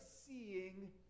seeing